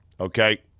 okay